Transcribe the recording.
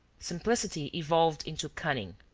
simplicity evolved into cunning.